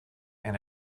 and